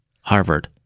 Harvard